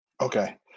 Okay